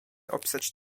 opisać